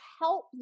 help